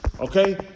Okay